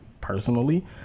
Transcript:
personally